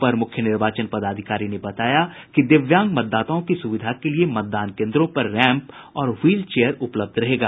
अपर मुख्य निर्वाचन पदाधिकारी ने बताया कि दिव्यांग मतदाताओं की सुविधा के लिये मतदान केन्द्रों पर रैंप और व्हील चेयर उपलब्ध रहेगा